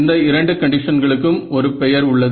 இந்த இரண்டு கண்டிஷன்களுக்கும் ஒரு பெயர் உள்ளது